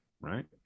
right